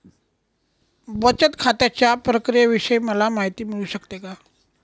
बचत खात्याच्या प्रक्रियेविषयी मला माहिती मिळू शकते का?